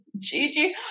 Gigi